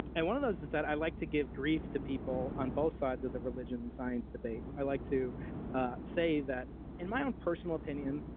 one of those is that i like to give grief to people on both sides of the religion, science debate. i like to ah say that in my own personal opinion,